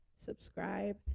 subscribe